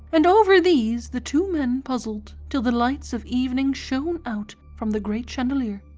and over these the two men puzzled till the lights of evening shone out from the great chandelier.